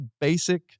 basic